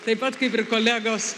taip pat kaip ir kolegos